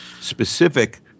specific